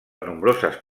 nombroses